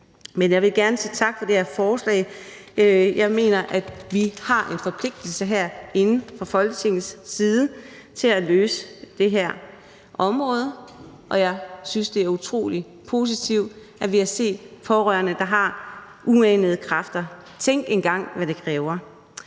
jeg vil gerne sige tak for det her forslag. Jeg mener, at vi har en forpligtelse herinde fra Folketingets side til at løse det her område, og jeg synes, det er utrolig positivt, at vi har set pårørende, der har uanede kræfter. Tænk engang, hvad det kræver.